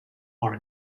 are